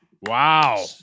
Wow